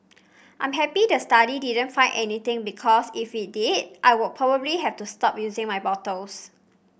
I'm happy the study didn't find anything because if it did I would probably have to stop using my bottles